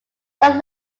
some